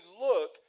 look